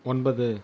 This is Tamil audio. ஒன்பது